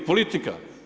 Politika.